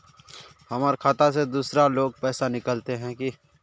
हमर खाता से दूसरा लोग पैसा निकलते है की?